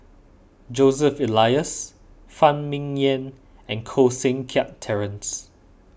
Joseph Elias Phan Ming Yen and Koh Seng Kiat Terence